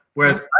Whereas